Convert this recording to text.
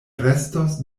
restos